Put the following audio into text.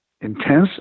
intense